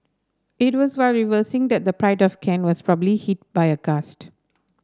it was while reversing that the Pride of Kent was probably hit by a gust